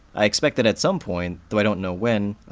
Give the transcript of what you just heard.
i expect that at some point, though i don't know when,